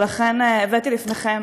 ולכן הבאתי לפניכם